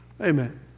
Amen